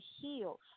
heal